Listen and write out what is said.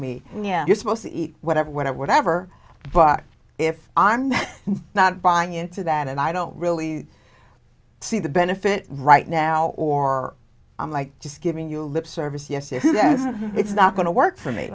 me you're supposed to eat whatever whatever whatever but if i'm not buying into that and i don't really see the benefit right now or i'm like just giving you lip service yes if it's not going to work for me